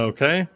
Okay